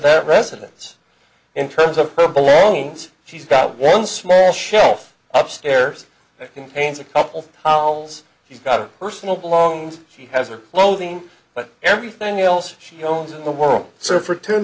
at residence in terms of her belongings she's got one small shelf upstairs that contains a couple howls she's got a personal belongings she has a clothing but everything else she owns in the world so for t